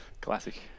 Classic